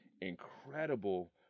incredible